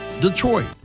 Detroit